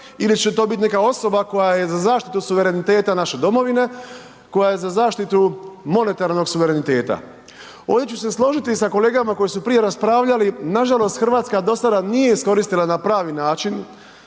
ili će to biti neka osoba koja je za zaštitu suvereniteta naše domovine, koja je za zaštitu monetarnog suvereniteta. Ovdje ću se složiti sa kolegama koji su prije raspravljali, nažalost Hrvatska dosada nije iskoristila na prvi način